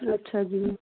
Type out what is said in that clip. ਅੱਛਾ ਜੀ